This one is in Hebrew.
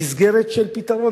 מסגרת של פתרון.